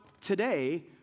today